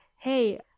Hey